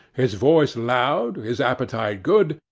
his voice loud, his appetite good,